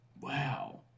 Wow